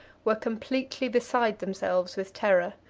were completely beside themselves with terror.